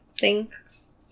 thanks